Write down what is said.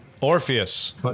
Orpheus